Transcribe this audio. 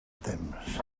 temps